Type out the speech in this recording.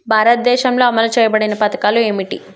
భారతదేశంలో అమలు చేయబడిన పథకాలు ఏమిటి?